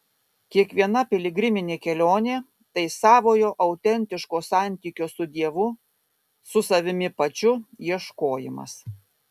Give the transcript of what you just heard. kiekviena piligriminė kelionė tai savojo autentiško santykio su dievu su savimi pačiu ieškojimas